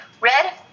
red